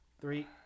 Three